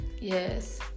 Yes